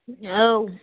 औ